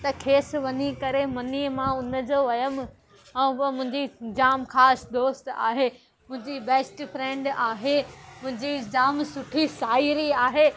त खेसि वञी करे मञी मां हुनजो वियमि ऐं उहा मुंहिंजी जाम ख़ासि दोस्त आहे मुंहिंजी बेस्ट फ्रेंड आहे मुंहिंजी जाम सुठी साहेड़ी आहे